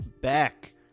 back